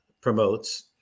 promotes